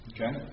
Okay